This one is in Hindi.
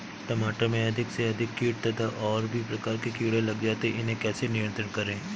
टमाटर में अधिक से अधिक कीट तथा और भी प्रकार के कीड़े लग जाते हैं इन्हें कैसे नियंत्रण करें?